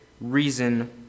reason